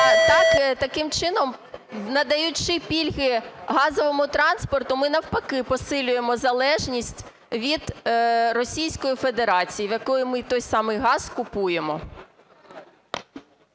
таким чином, надаючи пільги газовому транспорту, ми навпаки посилюємо залежність від Російської Федерації, в якої ми той самий газ купуємо.